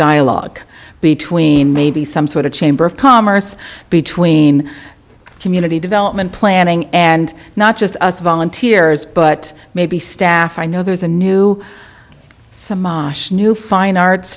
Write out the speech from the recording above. dialogue between maybe some sort of chamber of commerce between community development planning and not just us volunteers but maybe staff i know there's a new some new fine arts